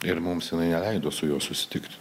ir mums jinai neleido su juo susitikti